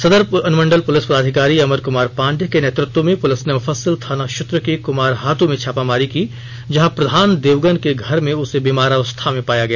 सदर अनुमंडल पुलिस पदाधिकारी अमर कुमार पांडे के नेतृत्व में पुलिस ने मुफस्सिल थाना क्षेत्र के कमारहातु में छापामारी की जहां प्रधान देवगन के घर में उसे बीमार अवस्था में पाया गया